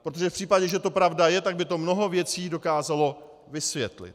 Protože v případě, že to pravda je, tak by to mnoho věcí dokázalo vysvětlit.